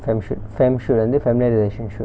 family shoot family shoot வந்து:vanthu familiarisation shoot